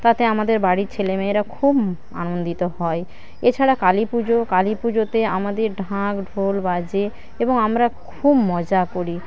তাতে আমাদের বাড়ির ছেলেমেয়েরা খুব আনন্দিত হয় এছাড়া কালীপুজো কালীপূজোতে আমাদের ঢাকঢোল বাজে এবং আমরা খুব মজা করি